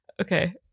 Okay